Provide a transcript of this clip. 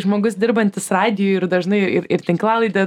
žmogus dirbantis radijuj ir dažnai ir ir tinklalaidę